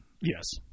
Yes